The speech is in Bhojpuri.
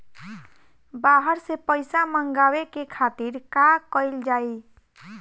बाहर से पइसा मंगावे के खातिर का कइल जाइ?